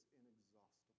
inexhaustible